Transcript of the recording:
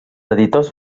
editors